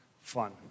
fun